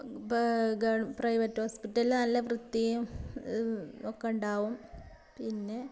ഗെ private hospital നല്ല വൃത്തിയും ഒക്കെ ഉണ്ടാകും പിന്നെ